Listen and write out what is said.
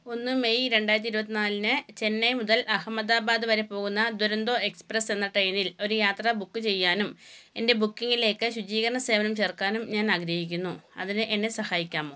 ഒന്ന് മെയ് രണ്ടായിരത്തി ഇരുപത്തിനാലിന് ചെന്നൈ മുതൽ അഹമ്മദാബാദ് വരെ പോകുന്ന ദുരന്തോ എക്സ്പ്രസ്സ് എന്ന ട്രെയിനിൽ ഒരു യാത്ര ബുക്ക് ചെയ്യാനും എൻ്റെ ബുക്കിംഗിലേക്കു ശുചീകരണ സേവനം ചേർക്കാനും ഞാനാഗ്രഹിക്കുന്നു അതിന് എന്നെ സഹായിക്കാമോ